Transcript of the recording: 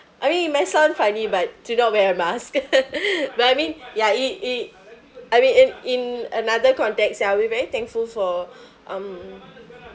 I mean it might sound funny but to not wear a mask but I mean ya i~ i~ I mean in in another context ya I'll be very thankful for um